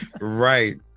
Right